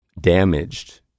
damaged